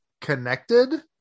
connected